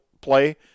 play